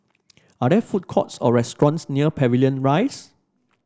are there food courts or restaurants near Pavilion Rise